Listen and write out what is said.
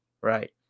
Right